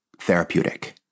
therapeutic